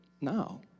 now